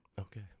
Okay